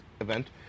Event